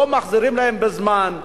לא מחזירים להם בזמן.